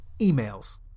emails